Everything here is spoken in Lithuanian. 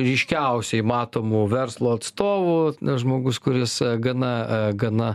ryškiausiai matomų verslo atstovų žmogus kuris gana gana